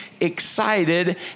excited